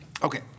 Okay